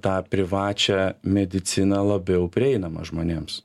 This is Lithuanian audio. tą privačią mediciną labiau prieinamą žmonėms